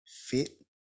fit